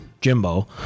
Jimbo